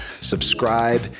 subscribe